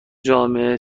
جامعه